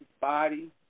body